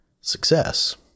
success